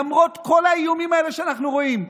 למרות כל האיומים האלה שאנחנו רואים,